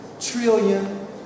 trillion